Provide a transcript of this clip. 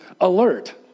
alert